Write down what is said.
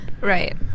Right